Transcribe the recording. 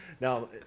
now